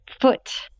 foot